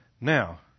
Now